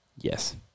Yes